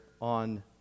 on